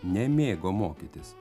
nemėgo mokytis